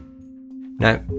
Now